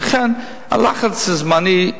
ולכן, הלחץ זמני.